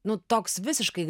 nu toks visiškai